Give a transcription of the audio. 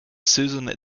susan